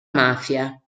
mafia